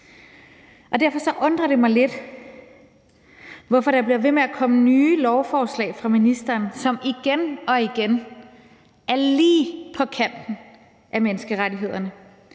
Derfor undrer det mig lidt, at der bliver ved med at komme nye lovforslag fra ministeren, som igen og igen er lige på kanten af menneskerettighederne,